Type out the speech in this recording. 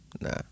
nah